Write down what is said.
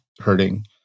hurting